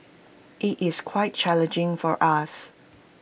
IT is quite challenging for us